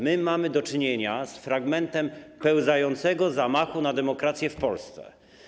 Mamy do czynienia z fragmentem pełzającego zamachu na demokrację w Polsce.